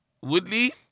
Woodley